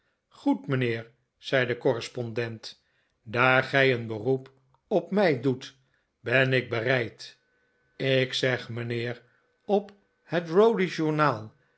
goed mijnheer zei de correspondent daar gij een beroep op mij doet ben ik bereid ik zeg mijnheer op het